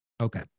Okay